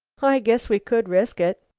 i guess we could risk it.